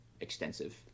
extensive